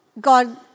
God